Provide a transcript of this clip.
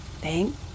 Thank